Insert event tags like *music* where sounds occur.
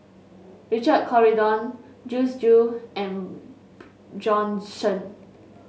Richard Corridon Joyce Jue and *noise* Bjorn Shen